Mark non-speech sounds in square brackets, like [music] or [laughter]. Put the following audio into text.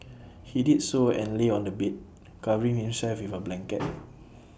he did so and lay on the bed covering himself with A blanket [noise]